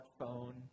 smartphone